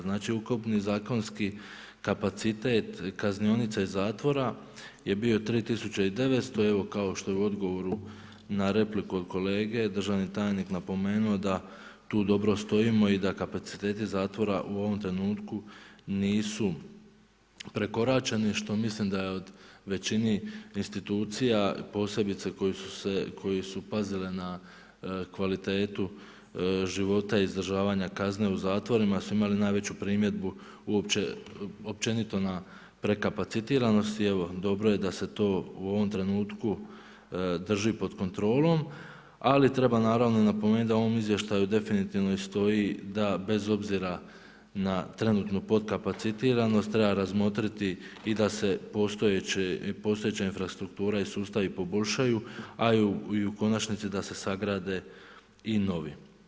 Znači ukupni zakonski kapacitet kaznionica i zatvora je bio 3 900 i evo kao što je u odgovoru na repliku od kolege, državni tajnik napomenuo da tu dobro stojimo i da kapaciteti zatvora u ovom trenutku nisu prekoračeni što mislim da je od većine institucija posebice koje su pazile na kvalitetu života izdržavanja kazne u zatvorima su imale najveću primjedbu uopće općenito na prekapacitiranost i evo, dobro je da se to u ovom trenutku drži pod kontrolom ali treba naravno napomenuti da u ovom izvještaju definitivno i stoji da bez obzira na trenutnu podkapacitiranost, treba razmotriti i da se postojeća infrastruktura i sustavi poboljšaju a i u konačnici da se sagrade i novi.